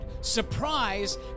surprise